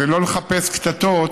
ולא לחפש קטטות